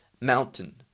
mountain